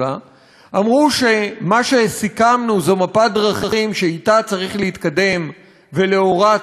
שאמרו שמה שסיכמנו זה מפת דרכים שאִתה צריך להתקדם ולאורה צריך ללכת.